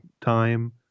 time